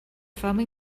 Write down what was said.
fama